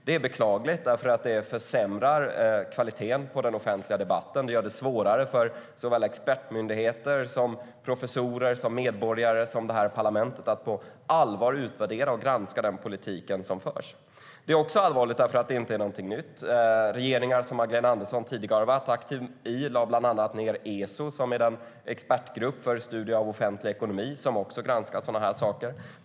Det är beklagligt, för det försämrar kvaliteten på den offentliga debatten och gör det svårare för expertmyndigheter, professorer, medborgare och detta parlament att på allvar utvärdera och granska den politik som förs. Det är också allvarligt för att det inte är någonting nytt. De regeringar som Magdalena Andersson aktivt stött har bland annat lagt ned Eso, den expertgrupp för studier av offentlig ekonomi som granskat sådana här saker.